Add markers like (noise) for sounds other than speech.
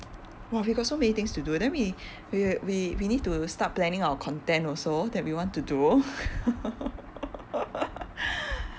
!wah! we got so many things to do then we we we need to start planning our content also that we want to do (laughs)